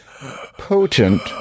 potent